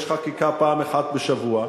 יש חקיקה פעם אחת בשבוע,